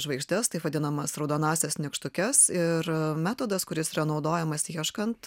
žvaigždes taip vadinamas raudonąsias nykštukes ir metodas kuris yra naudojamas ieškant